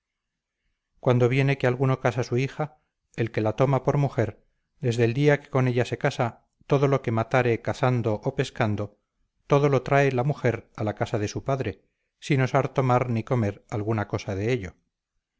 cuando viene que alguno casa su hija el que la toma por mujer desde el día que con ella se casa todo lo que matare cazando o pescando todo lo trae la mujer a la casa de su padre sin osar tomar ni comer alguna cosa de ello